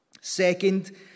Second